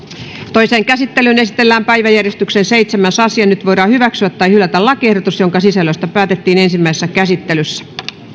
toiseen käsittelyyn esitellään päiväjärjestyksen seitsemäs asia nyt voidaan hyväksyä tai hylätä lakiehdotus jonka sisällöstä päätettiin ensimmäisessä käsittelyssä